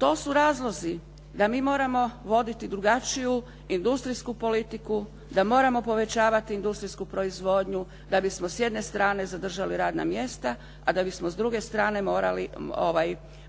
To su razlozi da mi moramo voditi drugačiju industrijsku politiku, da moramo povećavati industrijsku proizvodnju da bismo s jedne strane zadržali radna mjesta, a da bismo s druge strane